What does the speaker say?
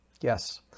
Yes